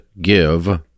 give